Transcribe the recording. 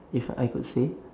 if I could say